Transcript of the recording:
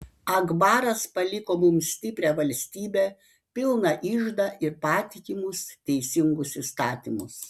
akbaras paliko mums stiprią valstybę pilną iždą ir patikimus teisingus įstatymus